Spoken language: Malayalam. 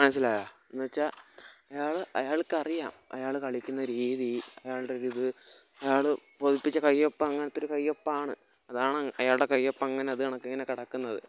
മനസ്സിലായോ എന്നുവെച്ചാൽ അയാൾ അയാൾക്കറിയാം അയാൾ കളിക്കുന്ന രീതി അയാളുടെ ഒരിത് അയാൾ പതിപ്പിച്ച കയ്യൊപ്പ് അങ്ങനത്തെയൊരു കയ്യൊപ്പാണ് അതാണ് അയാളുടെ കയ്യൊപ്പങ്ങനെ അത് കണക്കിങ്ങനെ കടക്കുന്നത്